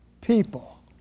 people